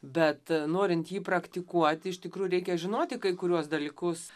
bet norint jį praktikuoti iš tikrų reikia žinoti kai kuriuos dalykus